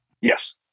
Yes